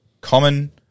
common